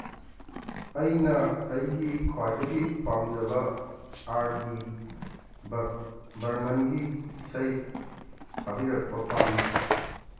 ꯑꯩꯅ ꯑꯩꯒꯤ ꯈ꯭ꯋꯥꯏꯗꯒꯤ ꯄꯥꯝꯖꯕ ꯑꯥꯔ ꯗꯤ ꯕꯔꯃꯟꯒꯤ ꯏꯁꯩ ꯊꯥꯕꯤꯔꯛꯄ ꯄꯥꯝꯃꯤ